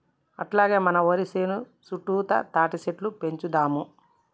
అట్లాగే మన వరి సేను సుట్టుతా తాటిసెట్లు పెంచుదాము